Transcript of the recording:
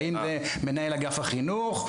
האם זה מנהל אגף החינוך,